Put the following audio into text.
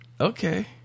Okay